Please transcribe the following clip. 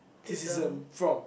~tism from